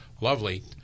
lovely